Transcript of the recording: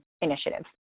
initiative